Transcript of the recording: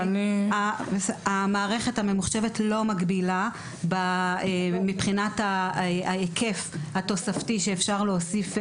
היא לא מגבילה מבחינת ההיקף התוספתי שאפשר להוסיף.